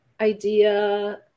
idea